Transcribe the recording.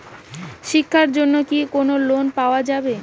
শিক্ষার জন্যে কি কোনো লোন পাওয়া যাবে?